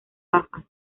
gafas